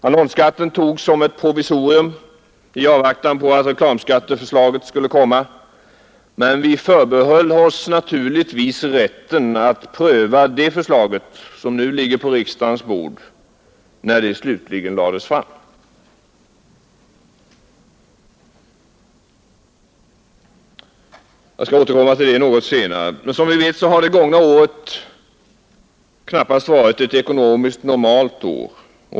Annonsskatten infördes som ett provisorium i avvaktan på ett reklamskatteförslag, men vi förbehöll oss naturligtvis rätten att pröva det förslaget — som nu ligger på riksdagens bord — när det slutligen lades fram. Jag skall senare återkomma till det. Som vi vet har det gångna året knappast varit ett ekonomiskt normalt år.